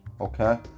okay